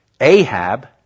Ahab